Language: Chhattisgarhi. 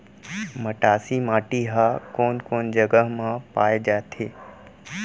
मटासी माटी हा कोन कोन जगह मा पाये जाथे?